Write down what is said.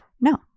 No